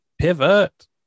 Pivot